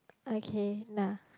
okay nah